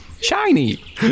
Shiny